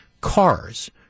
cars